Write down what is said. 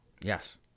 Yes